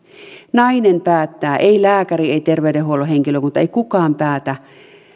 nainen päättää ei lääkäri ei terveydenhuollon henkilökunta ei kukaan heistä päätä